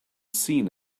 seen